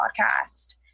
podcast